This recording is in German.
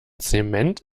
zement